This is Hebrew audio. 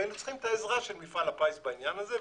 והיינו צריכים את העזרה של מפעל הפיס בעניין הזה,